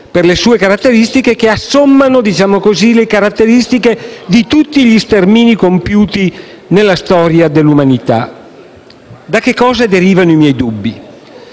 per le sue caratteristiche, le quali assommano le caratteristiche di tutti gli stermini compiuti nella storia dell'umanità. Da cosa derivano i miei dubbi?